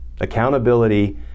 Accountability